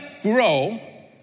grow